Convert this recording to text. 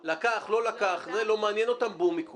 לקח, לא לקח, זה לא מעניין אותם, בום, עיקול.